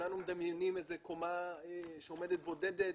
כולנו מדמיינים איזו קומה שעומדת בודדת,